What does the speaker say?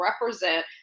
represent